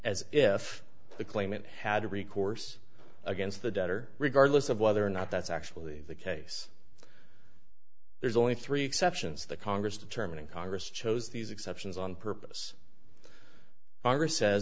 as if the claimant had recourse against the debtor regardless of whether or not that's actually the case there's only three exceptions the congress determining congress chose these exceptions on purpose congress says